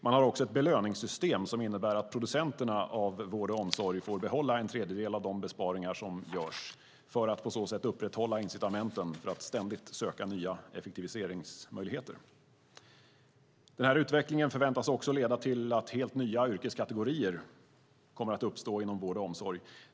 Man har också ett belöningssystem som innebär att producenterna av vård och omsorg får behålla en tredjedel av de besparingar som görs för att på så sätt upprätthålla incitamenten för att ständigt söka nya effektiviseringsmöjligheter. Den här utvecklingen förväntas också leda till att helt nya yrkeskategorier uppstår inom vård och omsorg.